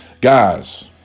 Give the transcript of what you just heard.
guys